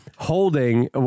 holding